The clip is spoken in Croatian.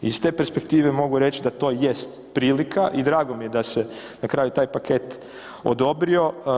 Iz te perspektive mogu reć da to jest prilika i drago mi je da se na kraju taj paket odobrio.